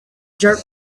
jerk